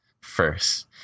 first